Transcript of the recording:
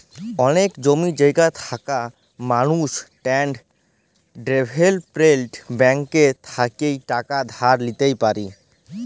অলেক জমি জায়গা থাকা মালুস ল্যাল্ড ডেভেলপ্মেল্ট ব্যাংক থ্যাইকে টাকা ধার লিইতে পারি